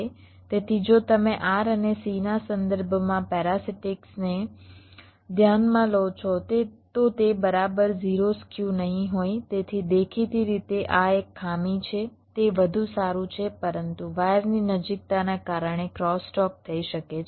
તેથી જો તમે R અને Cના સંદર્ભમાં પેરારિટીક્સને ધ્યાનમાં લો તો તે બરાબર 0 સ્ક્યુ નહીં હોય તેથી દેખીતી રીતે આ એક ખામી છે તે વધુ સારું છે પરંતુ વાયરની નજીકતાના કારણે ક્રોસ ટોક થઈ શકે છે